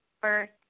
first